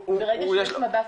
ברגע שיש מב"ס,